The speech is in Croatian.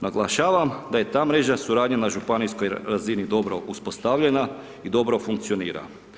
Naglašavam da je ta mreža suradnje na županijskoj razini dobro uspostavljena i dobro funkcionira.